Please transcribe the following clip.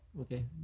Okay